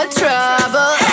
trouble